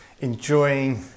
enjoying